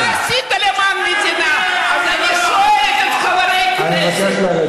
אני מבקש לרדת.